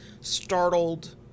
startled